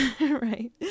right